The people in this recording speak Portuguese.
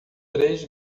três